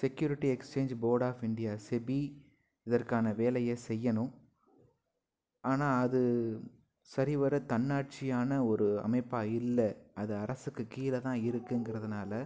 security exchange board of India SEBI இதற்கான வேலையை செய்யணும் ஆனால் அது சரிவர தன்னாட்சியான ஒரு அமைப்பாக இல்லை அது அரசுக்கு கீழதா இருக்குங்கறதனால